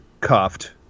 cuffed